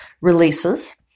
releases